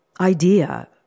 idea